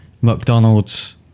McDonald's